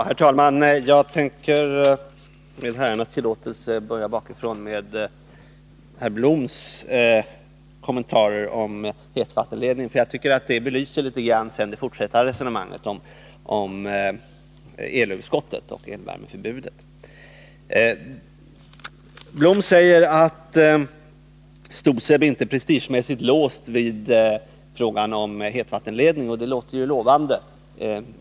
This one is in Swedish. Herr talman! Jag tänker med herrarnas tillåtelse börja bakifrån med Lennart Bloms kommentarer om hetvattenledningen, som jag tycker belyser det fortsatta resonemanget om elöverskottet och elvärmeförbudet. Lennart Blom säger att STOSEB inte är prestigemässigt låst vid frågan om hetvattenledning, och det låter ju lovande.